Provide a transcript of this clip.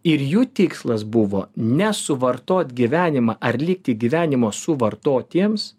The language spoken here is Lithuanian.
ir jų tikslas buvo ne suvartot gyvenimą ar likti gyvenimo suvartotiems